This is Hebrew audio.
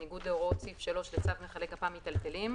בניגוד להוראות סעיף 3 לצו מכלי גפ"מ מיטלטלים,